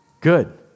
Good